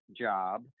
Job